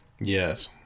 Yes